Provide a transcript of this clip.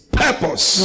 purpose